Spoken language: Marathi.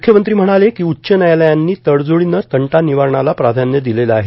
मुख्यमंत्री म्हणाले की उच्च न्यायालयांनी तडजोडीनं तंटा निवारणाला प्राधान्य दिलेलं आहे